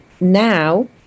now